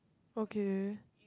okay